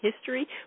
history